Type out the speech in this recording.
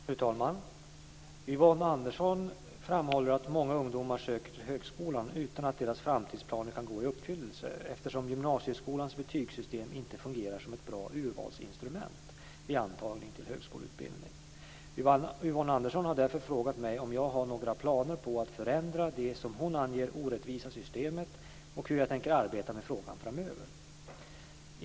Fru talman! Yvonne Andersson framhåller att många ungdomar söker till högskolan utan att deras framtidsplaner kan gå i uppfyllelse eftersom gymnasieskolans betygssystem inte fungerar som ett bra urvalsinstrument vid antagning till högskoleutbildning. Yvonne Andersson har därför frågat mig om jag har några planer på att förändra det, som hon anger, orättvisa systemet och hur jag tänker arbeta med frågan framöver.